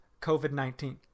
COVID-19